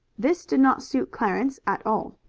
this did not suit clarence at all.